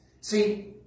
See